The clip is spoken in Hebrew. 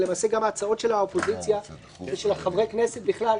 ולמעשה גם ההצעות של האופוזיציה ושל חברי הכנסת בכלל,